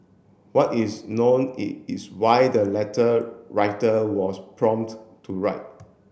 what is known is why the letter writer was prompt to write